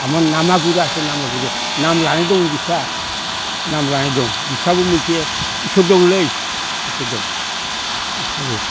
आमार नामा गुरु आसे नामा गुरु नाम लानाय दं बिस्रा नाम लानाय दं बिस्राबो मोनसे इसोर दंलै इसोर दं बिसोरहाबो